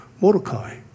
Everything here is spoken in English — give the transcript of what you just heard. Mordecai